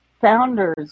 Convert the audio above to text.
founders